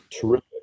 terrific